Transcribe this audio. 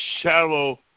shallow